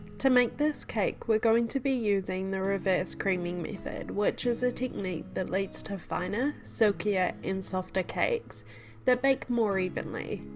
to make this cake we're going to be using the reverse creaming method which is a technique that leads to finer, silkier and softer cakes that bake more evenly.